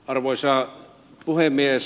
arvoisa puhemies